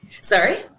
Sorry